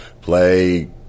play